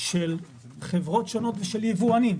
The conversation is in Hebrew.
של חברות שונות ושל יבואנים.